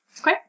Okay